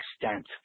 extent